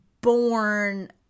born